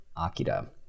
Akira